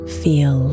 feel